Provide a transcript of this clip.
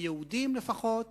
היהודים לפחות,